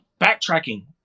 backtracking